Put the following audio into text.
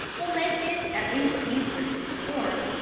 will make it at least easier to perform,